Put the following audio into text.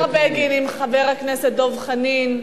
השר בגין עם חבר הכנסת דב חנין,